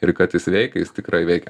ir kad jis veikia jis tikrai veikia